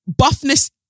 buffness